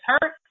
hurt